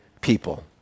people